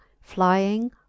flying